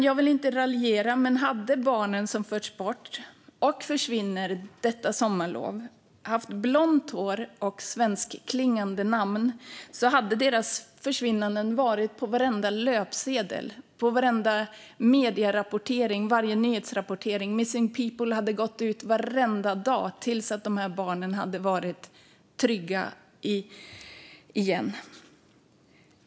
Jag vill inte raljera, fru talman, men om de barn som förs bort och försvinner under detta sommarlov hade haft blont hår och svenskklingande namn hade deras försvinnanden varit på varenda löpsedel och i varje medie och nyhetsrapportering. Missing People hade gått ut varenda dag tills barnen var trygga igen.